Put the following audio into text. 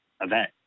event